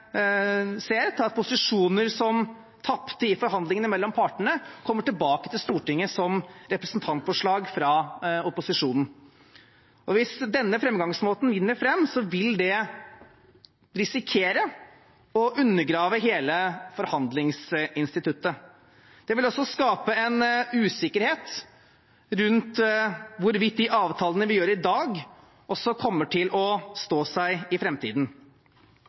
ser, til at posisjoner som tapte i forhandlingene mellom partene, kommer tilbake til Stortinget som representantforslag fra opposisjonen. Hvis denne framgangsmåten vinner fram, risikerer man å undergrave hele forhandlingsinstituttet. Det vil også skape en usikkerhet rundt hvorvidt de avtalene vi gjør i dag, kommer til å stå seg i